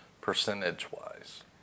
Percentage-wise